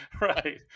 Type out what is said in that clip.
Right